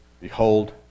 Behold